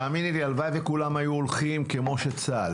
הלוואי וכולם היו הולכים כמו צה"ל